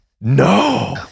no